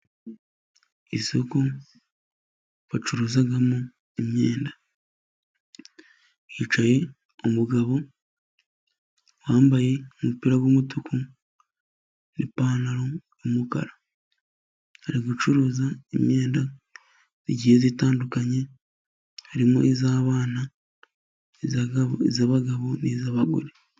Isoko bacuruzamo imyenda, hicaye umugabo wambaye umupira w'umutuku n'ipantaro y'umukara. Ari gucuruza imyenda igiye itandukanye harimo iy'abana, iy'abagabo n'iy'abagore.